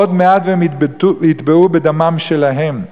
עוד מעט והם יטבעו בדמם שלהם,